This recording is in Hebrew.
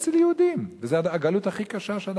בגלות אצל יהודים, וזאת הגלות הכי קשה.